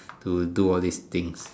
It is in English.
to do all these things